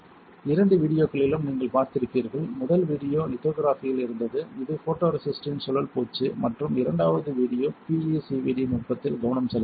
இரண்டு வீடியோக்களிலும் நீங்கள் பார்த்திருப்பீர்கள் முதல் வீடியோ லித்தோகிராஃபியில் இருந்தது இது ஃபோட்டோரெசிஸ்ட்டின் சுழல் பூச்சு மற்றும் இரண்டாவது வீடியோ பிஈசிவிடி நுட்பத்தில் கவனம் செலுத்துகிறது